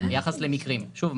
ביחס למקרים שונים.